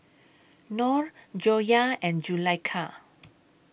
Nor Joyah and Zulaikha